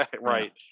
right